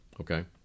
Okay